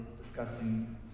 disgusting